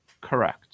correct